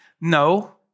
No